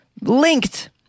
linked